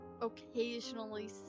occasionally